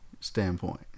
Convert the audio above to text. standpoint